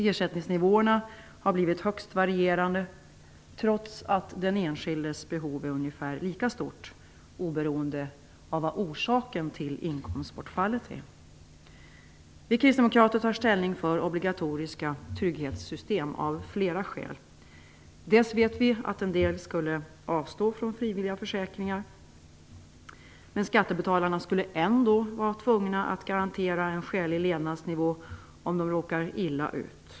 Ersättningsnivåerna har blivit högst varierande, trots att den enskildes behov är ungefär lika stort, oberoende av vad orsaken till inkomstbortfallet är. Vi kristdemokrater tar ställning för obligatoriska trygghetssystem av flera skäl. Dels vet vi att en del skulle avstå från frivilliga försäkringar, men skattebetalarna skulle ändå vara tvungna att garantera en skälig levnadsnivå om de råkar illa ut.